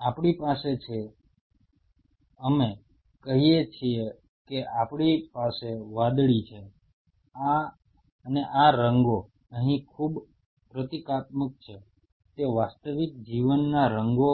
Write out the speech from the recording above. આપણી પાસે છે અમે કહીએ છીએ કે આપણી પાસે વાદળી છે અને આ રંગો અહીં ખૂબ પ્રતીકાત્મક છે તે વાસ્તવિક જીવનના રંગો